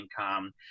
income